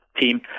team